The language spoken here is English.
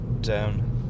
down